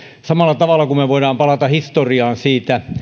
samalla tavalla kuin me voimme palata historiaan siinä